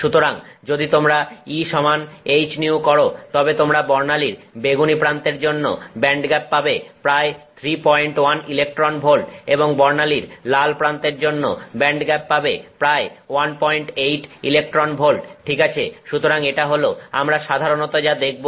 সুতরাং যদি তোমরা E সমান hυ করো তবে তোমরা বর্ণালীর বেগুনি প্রান্তের জন্য ব্যান্ডগ্যাপ পাবে প্রায় 31 ইলেকট্রন ভোল্ট এবং বর্ণালীর লাল প্রান্তের জন্য ব্যান্ডগ্যাপ পাবে প্রায় 18 ইলেকট্রন ভোল্ট ঠিক আছে সুতরাং এটা হল আমরা সাধারণত যা দেখবো